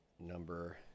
number